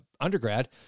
undergrad